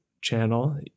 channel